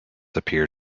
appear